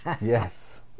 Yes